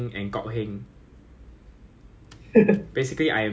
damn Heng Cheng Hng Ban Hong all from army